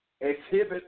exhibit